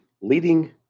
leading